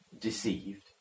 deceived